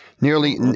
Nearly